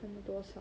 那么多次